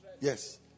Yes